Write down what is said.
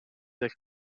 del